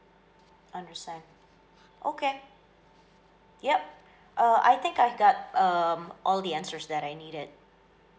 understand okay yup uh I think I've got um all the answers that I needed